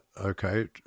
okay